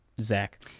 Zach